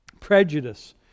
Prejudice